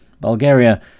Bulgaria